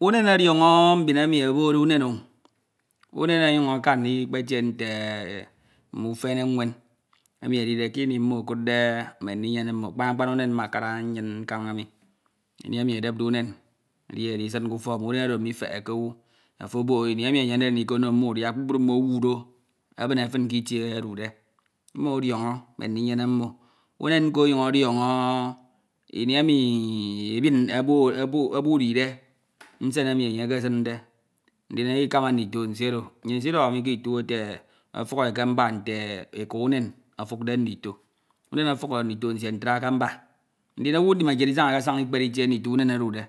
unem odiono mbin emi obokde unen o. unem onyun aka ndikpetie nte- e mme ufene mwen emi edidie kini mmo okudde e mmo ndiyene mmo kpan kpan une mmakana nnyin nkanemi. ini emi edepde unem edi edisin k'ufok. unem oro mifeheke owu. ofo obok e. ini emi enye enyemde ndikono mmo udia. kpukpru mmo owure ebine fin kitie odude. mmo odiono mme ndinyene mmo. unem mko onyun odiono ini emi emi- i- i- i ebu- u- eburide nsen emi enye ekeside ndin ekama ndito asie oro nnyin isidoho ke iko itu ete ofuk e kemba ute eka unem ofukde ndito. umen ofuk ndito nsie ntra ke mba. ndin owu ndimekied isanakesana ikpere itie unen odude